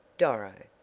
doro!